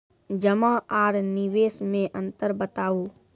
जमा आर निवेश मे अन्तर बताऊ?